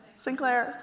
sinclair,